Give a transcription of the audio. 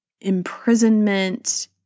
imprisonment